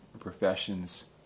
professions